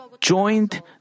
joined